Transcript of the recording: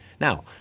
Now